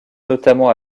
notamment